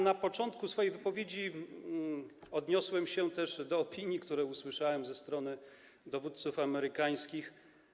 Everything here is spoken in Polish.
Na początku swojej wypowiedzi odniosłem się też do opinii, które usłyszałem ze strony dowódców amerykańskich.